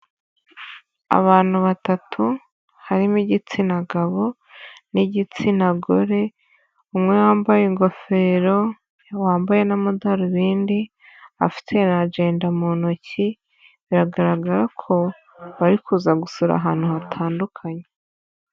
Abantu batatu harimo igitsina gabo n'igitsina gore umwe yambaye ingofero wambaye n'amadarubindi, afite na ajenda mu ntoki, biragaragara ko bari kuza gusura ahantu hatandukanye.